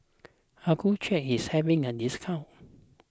Accucheck is having a discount